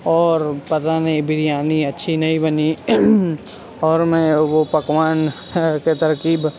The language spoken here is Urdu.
اور پتا نہیں بریانی اچھی نہیں بنی اور میں وہ پکوان کی ترکیب